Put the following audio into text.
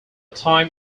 time